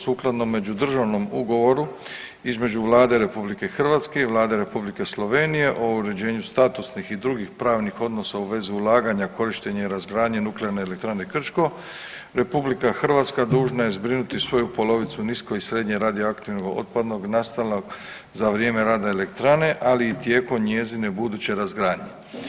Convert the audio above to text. Sukladno međudržavnom ugovoru između Vlade RH i Vlade Republike Slovenije o uređenju statusnih i drugih pravnih odnosa u vezi ulaganja, korištenja i razgradnje Nuklearne elektrane Krško RH dužna je zbrinuti svoju polovicu nisko i srednje radioaktivnog otpada nastalog za vrijeme rada elektrane, ali i tijekom njezine buduće razgradnje.